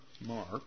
Mark